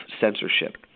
censorship